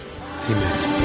Amen